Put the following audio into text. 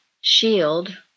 shield